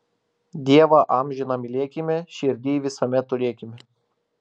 dievą amžiną mylėkime širdyj visame turėkime